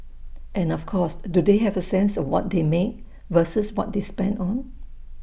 and of course do they have A sense of what they make versus what they spend on